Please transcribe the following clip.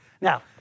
Now